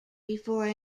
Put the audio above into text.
before